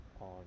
on